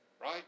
right